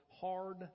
Hard